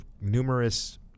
numerous